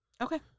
okay